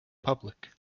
public